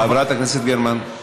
חברת הכנסת גרמן,